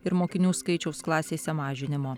ir mokinių skaičiaus klasėse mažinimo